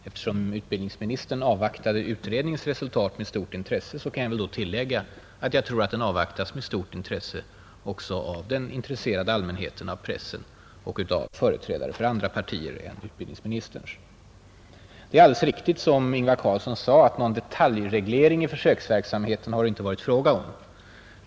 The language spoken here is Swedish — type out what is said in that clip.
Eftersom utbildningsministern avvaktar utredningens resultat med stort intresse, kan jag väl tillägga att jag tror att den avvaktas med stort intresse också av den intresserade allmänheten, av pressen och av företrädare för andra partier än utbildningsministerns, Det är alldeles riktigt, som Ingvar Carlsson sade, att det inte har varit fråga om någon ”detaljreglering” av försöksverksamheten.